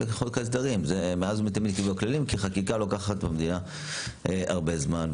חוק ההסדרים מאז ומתמיד --- כי חקיקה לוקחת במדינה הרבה זמן,